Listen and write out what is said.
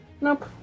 Nope